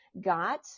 got